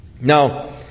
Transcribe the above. Now